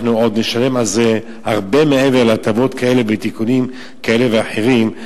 אנחנו עוד נשלם על זה הרבה מעבר להטבות בתיקונים כאלה ואחרים.